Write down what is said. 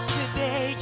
today